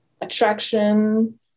Attraction